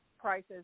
prices